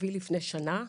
אבי לפני שנה,